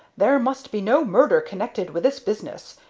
there must be no murder connected with this business.